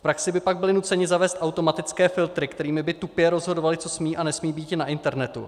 V praxi by pak byli nuceni zavést automatické filtry, kterými by tupě rozhodovali, co smí a nesmí být na internetu.